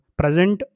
present